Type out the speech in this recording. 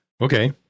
Okay